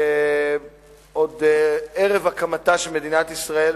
שעוד ערב הקמתה של מדינת ישראל,